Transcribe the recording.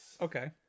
Okay